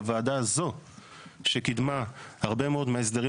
בוועדה הזו שקידמה הרבה מאוד מההסדרים